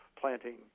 planting